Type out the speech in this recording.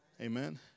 Amen